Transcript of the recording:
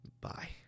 Bye